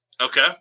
Okay